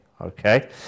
okay